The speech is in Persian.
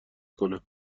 کنم